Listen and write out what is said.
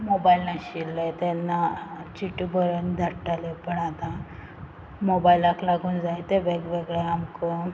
mobile नाशिल्ले तेन्ना चिटयो बरोवन धाडटाले पण आतां मोबायलाक लागून जायतें वेगवेगळें आमकां